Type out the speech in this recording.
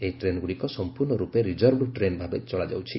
ଏହି ଟ୍ରେନ୍ଗୁଡ଼ିକ ସମ୍ପୂର୍ଣ୍ଣରୂପେ ରିଜର୍ଭଡ୍ ଟ୍ରେନ୍ ଭାବେ ଚଳାଯାଉଛି